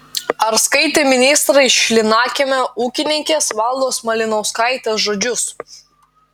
ar skaitė ministrai šlynakiemio ūkininkės valdos malinauskaitės žodžius